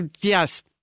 yes